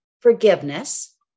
forgiveness